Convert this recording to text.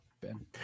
ben